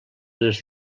les